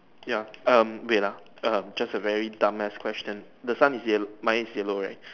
ya um wait ah um just a very dumb ass question the sun is yellow mine is yellow right